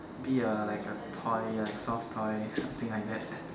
be a like a toy like soft toy something like that